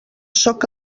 sóc